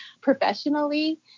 professionally